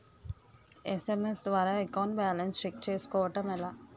SMS ద్వారా account balance check చేసుకోవటం ఎలా?